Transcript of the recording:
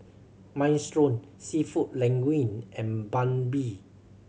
Minestrone Seafood Linguine and Banh Mi